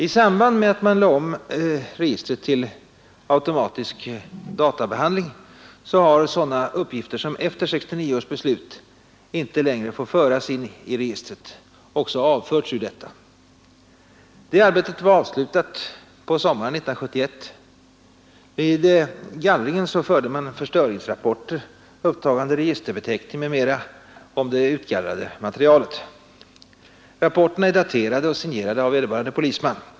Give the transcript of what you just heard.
I samband med omläggning av registret till automatisk databehandling har sådana uppgifter som efter 1969 års beslut inte längre får föras in i registret avförts ur detta. Detta arbete var avslutat på sommaren 1971 Vid gallringen fördes förstöringsrapporter upptagande registerbeteckning m.m. gällande det utgallrade materialet. Rapporterna signerade av vederbörande polisman.